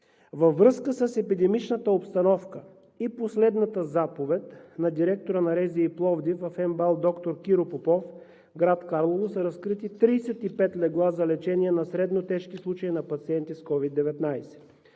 Във връзка с епидемичната обстановка и последната заповед на директора на РЗИ – Пловдив, в МБАЛ „Д-р Киро Попов“, град Карлово, са разкрити 35 легла за лечение на средно тежки случаи на пациенти с COVID-19.